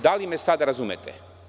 Da li me sada razumete?